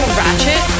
ratchet